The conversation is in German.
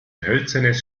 hölzernes